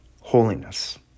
holiness